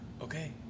okay